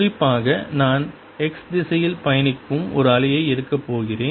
குறிப்பாக நான் x திசையில் பயணிக்கும் ஒரு அலையை எடுக்கப் போகிறேன்